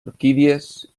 orquídies